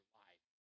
life